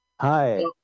hi